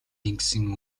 тэнгисийн